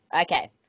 Okay